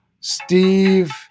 Steve